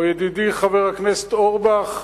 או ידידי חבר הכנסת אורבך,